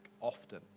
often